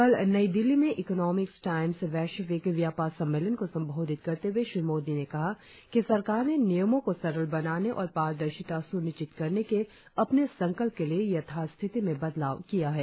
कल नई दिल्ली में इकॉनॉमिक्स टाइम्स वैश्विक व्यापार सम्मेलन को सम्बोधित करते हए श्री मोदी ने कहा कि सरकार ने नियमों को सरल बनाने और पारदर्शिता स्निश्चित करने के अपने संकल्प के लिए यथा स्थिति में बदलाव किया है